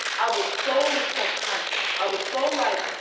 i was so self-conscious. i was so, like,